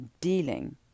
dealing